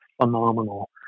phenomenal